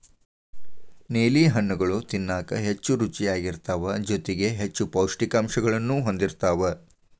ನೇಲಿ ಹಣ್ಣುಗಳು ತಿನ್ನಾಕ ಹೆಚ್ಚು ರುಚಿಯಾಗಿರ್ತಾವ ಜೊತೆಗಿ ಹೆಚ್ಚು ಪೌಷ್ಠಿಕಾಂಶಗಳನ್ನೂ ಹೊಂದಿರ್ತಾವ